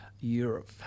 Europe